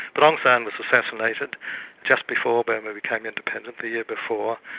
but aung san was assassinated just before burma became independent, the year before,